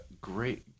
Great